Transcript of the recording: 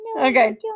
Okay